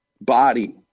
body